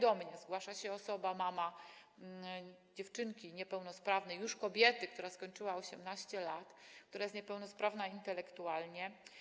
Do mnie zgłosiła się mama dziewczynki niepełnosprawnej, już kobiety, która skończyła 18 lat i jest niepełnosprawna intelektualnie.